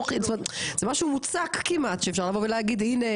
זה משהו מוצק כמעט שאפשר לבוא ולהגיד הנה,